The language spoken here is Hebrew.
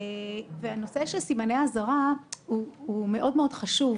הנושא של סימני אזהרה הוא מאוד חשוב: